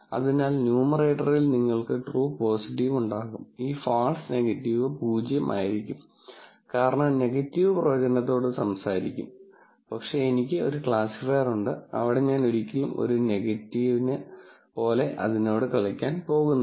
അതിനാൽ ന്യൂമറേറ്ററിൽ നിങ്ങൾക്ക് ട്രൂ പോസിറ്റീവ് ഉണ്ടാകും ഈ ഫാൾസ് നെഗറ്റീവ് 0 ആയിരിക്കും കാരണം നെഗറ്റീവ് പ്രവചനത്തോട് സംസാരിക്കും പക്ഷേ എനിക്ക് ഒരു ക്ലാസിഫയർ ഉണ്ട് അവിടെ ഞാൻ ഒരിക്കലും ഒരു നെഗറ്റീവ് പോലെ അതിനോട് കളിക്കാൻ പോകുന്നില്ല